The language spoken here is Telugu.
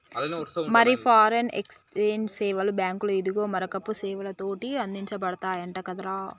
మరి ఫారిన్ ఎక్సేంజ్ సేవలు బాంకులు, ఇదిగే మారకపు సేవలతోటి అందించబడతయంట కదరా